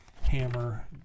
hammer